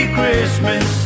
Christmas